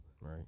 right